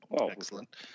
Excellent